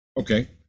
okay